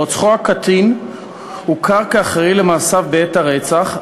רוצחו הקטין הוכר כאחראי למעשיו בעת הרצח,